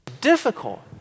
difficult